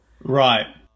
Right